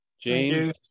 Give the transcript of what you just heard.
James